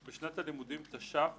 "(ב) בשנת הלימודים תש"פ